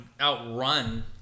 outrun